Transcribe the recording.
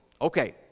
Okay